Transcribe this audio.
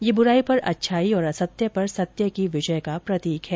यह बुराई पर अच्छाई और असत्य पर सत्य की विजय का प्रतीक है